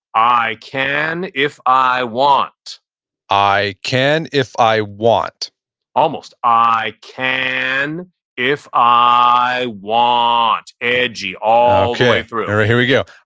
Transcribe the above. i can if i want i can if i want almost. i can if i want, edgy all the way through okay. here we go.